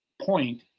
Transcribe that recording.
point